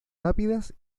rápidas